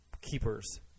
keepers